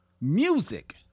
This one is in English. music